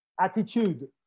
attitude